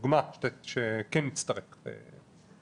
תן דוגמה שכן נצטרך.